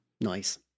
Nice